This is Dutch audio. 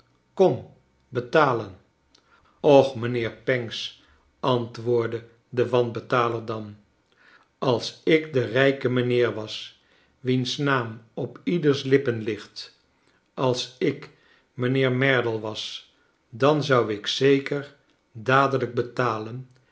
betalenl och mijnlieer pancks antwoordde de wanbetaler dan als ik de rijke mijnheer was wiens naam op ieders lippen ligt als ik mijnheer merdle was dan zou ik zeker dadelijk betalen